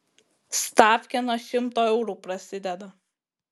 stafkė nuo šimto eurų prasideda